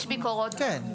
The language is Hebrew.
יש ביקורות גם.